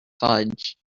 fudge